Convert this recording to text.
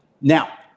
Now